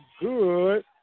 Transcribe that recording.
good